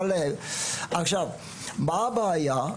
מה הבעיה?